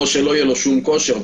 או לא יהיה לו שום כושר,